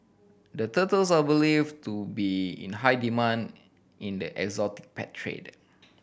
the turtles are believed to be in high demand in the exotic pet trade